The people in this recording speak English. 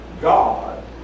God